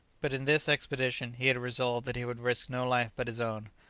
but in this expedition he had resolved that he would risk no life but his own.